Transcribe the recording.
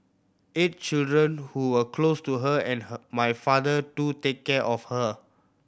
eight children who were close to her and her my father to take care of her